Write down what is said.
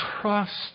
trust